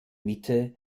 mitte